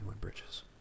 Bridges